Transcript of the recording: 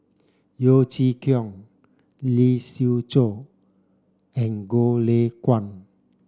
Yeo Chee Kiong Lee Siew Choh and Goh Lay Kuan